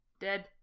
dead